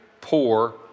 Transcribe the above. poor